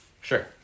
Sure